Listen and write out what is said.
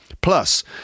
Plus